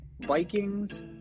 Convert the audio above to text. Vikings